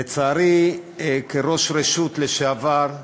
לצערי, כראש רשות לשעבר,